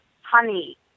honey